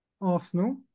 Arsenal